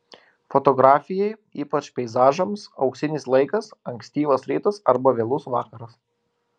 fotografijai ypač peizažams auksinis laikas ankstyvas rytas arba vėlus vakaras